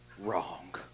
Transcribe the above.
wrong